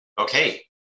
Okay